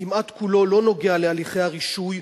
כמעט כולו לא נוגע להליכי הרישוי,